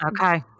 Okay